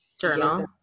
journal